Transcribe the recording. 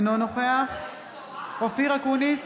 אינו נוכח אופיר אקוניס,